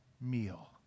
meal